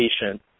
patient